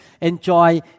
enjoy